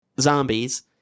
zombies